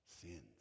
sins